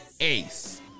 ace